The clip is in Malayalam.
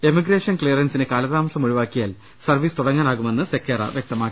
എമിഗ്രേഷൻ ക്ലിയറൻസിന് കാലതാമസം ഒഴിവാക്കിയാൽ സർവീസ് തുടങ്ങാനാകുമെന്ന് സെക്കേറ വൃക്തമാക്കി